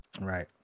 Right